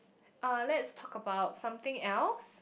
uh let's talk about something else